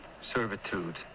servitude